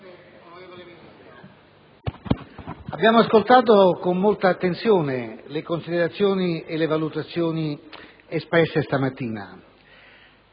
abbiamo ascoltato con molta attenzione le considerazioni e le valutazioni espresse questa mattina.